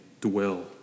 dwell